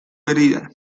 herida